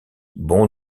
bon